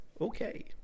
okay